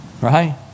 right